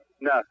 No